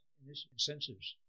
incentives